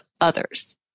others